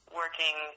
working